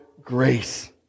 grace